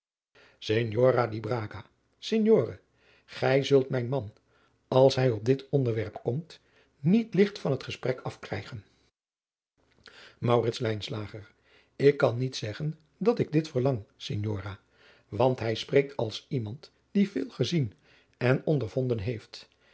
braga signore gij zult mijn man als hij op dit onderwerp komt niet ligt van het gesprek afkrijgen maurits lijnslager ik kan niet zeggen dat ik dit verlang signora want hij spreekt als iemand die veel gezien en ondervonden heeft